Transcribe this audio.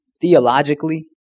theologically